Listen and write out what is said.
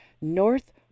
North